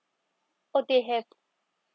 oh they have